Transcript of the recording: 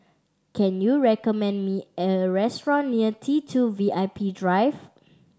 can you recommend me a restaurant near T Two V I P Drive